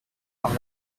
par